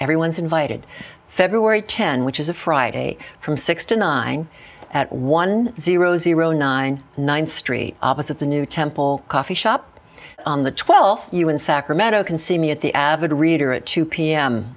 everyone's invited february ten which is a friday from sixty nine at one zero zero nine nine street opposite the new temple coffee shop on the twelfth you in sacramento can see me at the avid reader at two p